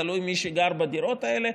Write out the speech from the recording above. תלוי מי גר בדירות האלה,